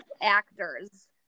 actors